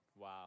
Wow